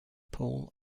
paul